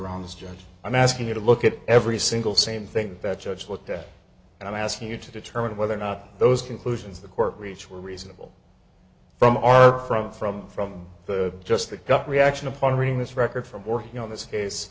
this judge i'm asking you to look at every single same thing that judge looked at and i'm asking you to determine whether or not those conclusions the court reach were reasonable from or from from from just picked up reaction upon reading this record from working on this case